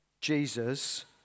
Jesus